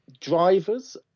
drivers